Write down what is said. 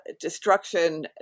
destruction